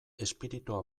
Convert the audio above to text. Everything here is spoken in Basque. espiritua